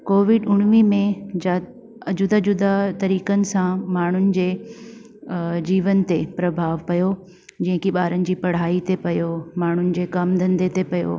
Covid उणिवीह में जा अॼु त जुदा जुदा तरीक़नि सां माण्हुनि जे जीवन ते प्रभाव पियो जीअं की ॿारनि जी पढ़ाई ते पियो माण्हुनि जे काम धंधे ते पियो